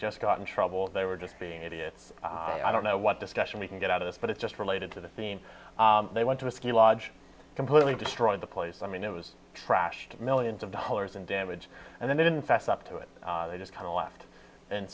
just got in trouble they were just being idiots i don't know what discussion we can get out of this but it just related to the theme they went to a ski lodge completely destroyed the place i mean it was trashed millions of dollars in damage and then they didn't fessed up to it they just kind of left and